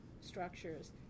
structures